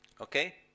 Okay